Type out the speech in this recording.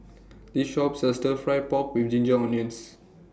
This Shop sells Stir Fry Pork with Ginger Onions